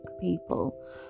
people